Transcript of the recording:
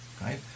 right